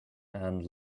and